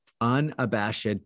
unabashed